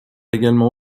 également